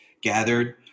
gathered